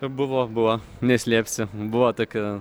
buvo buvo neslėpsiu buvo tokia